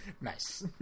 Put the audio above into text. Nice